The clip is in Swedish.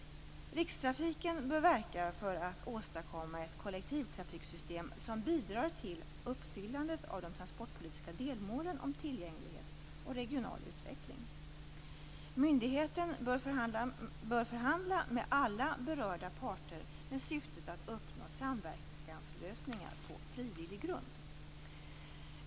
Rikstrafiken bör verka för att åstadkomma ett kollektivtrafiksystem som bidrar till uppfyllandet av de transportpolitiska delmålen om tillgänglighet och regional utveckling. Myndigheten bör förhandla med alla berörda parter med syftet att uppnå samverkanslösningar på frivillig grund.